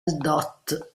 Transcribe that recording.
dott